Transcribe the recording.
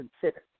considered